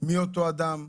מי אותו אדם,